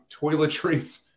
toiletries